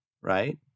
right